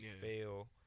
fail